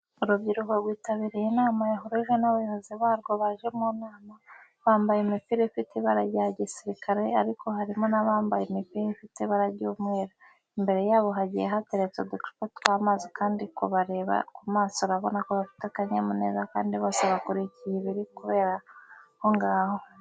Urubyiruko rwitabiriye inama yaruhuje n'abayobozi barwo baje mu nama, bambaye imipira ifite ibara rya gisirikare ariko harimo n'abambaye imipira ifite ibara ry'umweru. Imbere yabo hagiye hateretse uducupa tw'amazi kandi kubareba ku maso urabona ko bafite akanyamuneza kandi bose bakurikiye ibiri kubera aho ngaho.